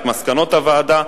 את מסקנות הוועדה,